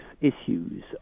issues